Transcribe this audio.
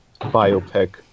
biopic